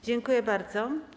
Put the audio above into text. Dziękuję bardzo.